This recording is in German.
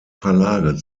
verlage